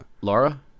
Laura